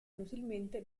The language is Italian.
inutilmente